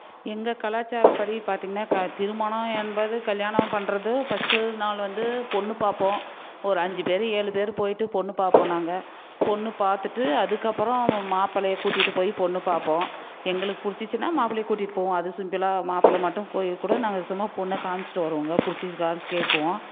எங்கள் கலாச்சாரப்படி பார்த்திங்கனா க திருமணம் என்பது கல்யாணம் பண்றது ஃபர்ஸ்ட்டு நாள் வந்து பொண்ணு பார்ப்போம் ஒரு அஞ்சு பேர் ஏழு பேர் போயிட்டு பொண்ணு பார்ப்போம் நாங்கள் பொண்ணு பார்த்துட்டு அதுக்கப்புறம் மாப்பிள்ளையை கூட்டிகிட்டுப் போய் பொண்ணு பார்ப்போம் எங்களுக்கு பிடிச்சிச்சினா மாப்பிள்ளையை கூட்டிகிட்டு போவோம் அது சிம்பிளாக மாப்பிள்ளை மட்டும் போயிக்கூட நாங்கள் சும்மா பொண்ணைக் காமிச்சுட்டு வருவங்க பிடிச்சிருக்கானு கேட்போம்